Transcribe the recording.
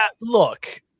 Look